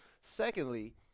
secondly